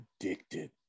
addicted